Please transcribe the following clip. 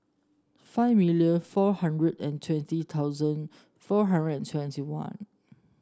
five million four hundred and twenty thousand four hundred and twenty one